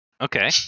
okay